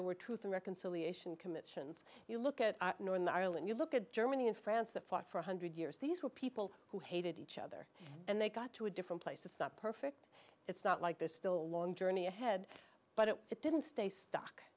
there were truth and reconciliation commissions you look at northern ireland you look at germany and france that fought for one hundred years these were people who hated each other and they got to a different place to start perfect it's not like there's still a long journey ahead but it didn't stay stuck